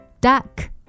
Duck